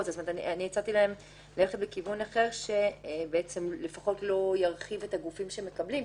הצעתי להם ללכת בכיוון שלא ירחיב את הגופים שמקבלים.